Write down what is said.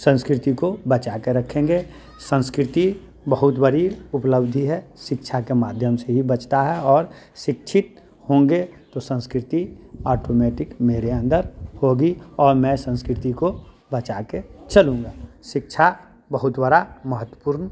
संस्कृति को बचा के रखेंगे संस्कृति बहुत बड़ी उपलब्धि है शिक्षा के माध्यम से ही बचता है और शिक्षित होंगे तो संस्कृति ऑटोमेटिक मेरे अन्दर होगी और मैं संस्कृति को बचा के चलूँगा शिक्षा बहुत बड़ा महत्वपूर्ण